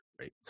right